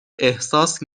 احساس